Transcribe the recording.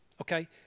Okay